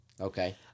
Okay